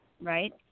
right